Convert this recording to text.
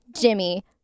Jimmy